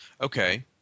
Okay